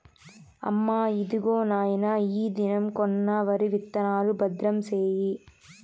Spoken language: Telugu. అమ్మా, ఇదిగో నాయన ఈ దినం కొన్న వరి విత్తనాలు, భద్రం సేయి